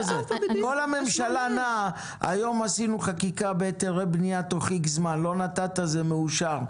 היום עשינו חקיקה בהיתרי בנייה כאשר תוך איקס זמן לא נתת זה מאושר.